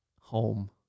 home